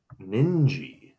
Ninji